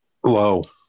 Whoa